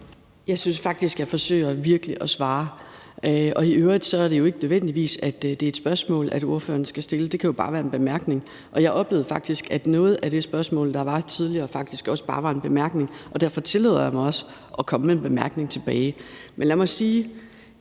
Jeg synes faktisk, jeg virkelig forsøger at svare, og i øvrigt er det jo ikke nødvendigvis sådan, at ordføreren skal stille et spørgsmål. Det kan jo bare være en bemærkning, og jeg oplevede faktisk også, at noget af det spørgsmål, der var tidligere, bare var en bemærkning, og derfor tillader jeg mig også at komme med en bemærkning tilbage. Men lad mig sige,